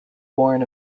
born